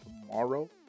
tomorrow